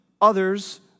others